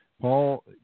Paul